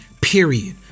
period